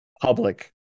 public